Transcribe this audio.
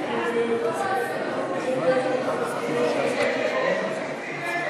חד"ש לסעיף 1 לא נתקבלה.